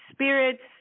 Spirits